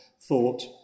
thought